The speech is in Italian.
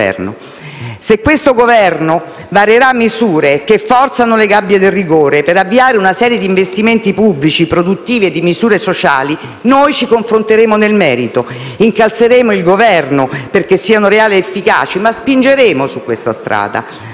Se questo Governo varerà misure che forzano le gabbie del rigore per avviare una serie di investimenti pubblici produttivi e di misure sociali, noi ci confronteremo nel merito e incalzeremo il Governo affinché siano reali ed efficaci e spingeremo su questa strada.